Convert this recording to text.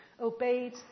obeyed